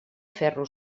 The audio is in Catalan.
ferro